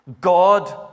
God